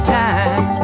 time